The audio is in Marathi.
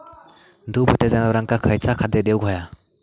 दुभत्या जनावरांका खयचा खाद्य देऊक व्हया?